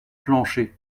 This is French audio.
plancher